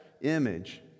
image